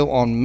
on